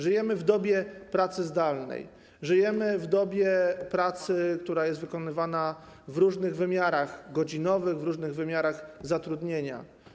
Żyjemy w dobie pracy zdalnej, żyjemy w dobie pracy, która jest wykonywana w różnych wymiarach godzinowych, w różnych wymiarach zatrudnienia.